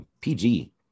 PG